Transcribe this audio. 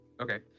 Okay